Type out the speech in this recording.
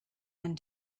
and